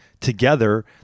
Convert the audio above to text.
together